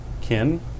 kin